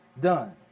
done